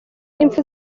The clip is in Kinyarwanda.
impfu